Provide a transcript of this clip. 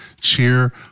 cheer